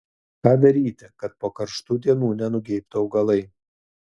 ką daryti kad po karštų dienų nenugeibtų augalai